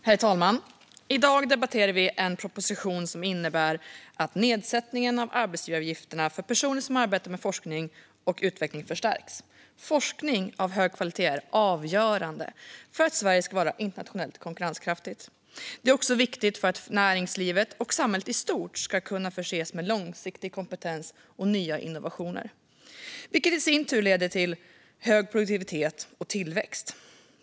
Herr talman! I dag debatterar vi en proposition som innebär att nedsättningen av arbetsgivaravgifterna för personer som arbetar med forskning och utveckling förstärks. Forskning av hög kvalitet är avgörande för att Sverige ska vara internationellt konkurrenskraftigt. Det är också viktigt för att näringslivet och samhället i stort ska kunna förses med långsiktig kompetens och nya innovationer, vilket i sin tur leder till hög produktivitet och tillväxt.